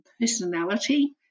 personality